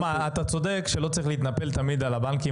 צודק שלא צריך להתנפל תמיד על הבנקים.